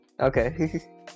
Okay